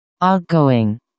outgoing